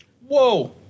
Whoa